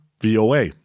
VOA